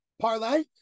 parlay